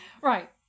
Right